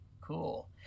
cool